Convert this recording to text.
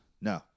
No